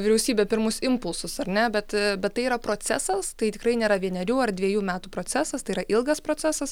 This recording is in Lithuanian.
vyriausybė pirmus impulsus ar ne bet bet tai yra procesas tai tikrai nėra vienerių ar dvejų metų procesas tai yra ilgas procesas